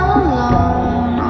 alone